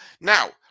Now